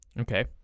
Okay